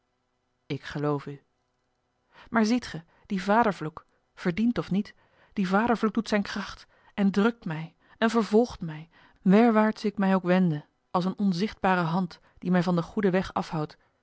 ik geloof u maar ziet gij die vadervloek verdiend of niet die vadervloek doet zijne kracht en drukt mij en vervolgt mij werwaarts ik mij ook wende als eene onzichtbare hand die mij van den goeden weg afhoudt